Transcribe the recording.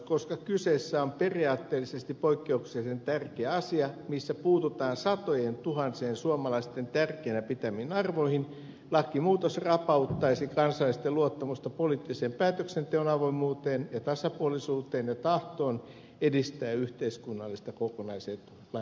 koska kyseessä on periaatteellisesti poikkeuksellisen tärkeä asia missä puututaan satojentuhansien suomalaisten tärkeinä pitämiin arvoihin lakimuutos rapauttaisi kansalaisten luottamusta poliittisen päätöksenteon avoimuuteen ja tasapuolisuuteen ja tahtoon edistää yhteiskunnallista kokonaisetua